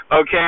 Okay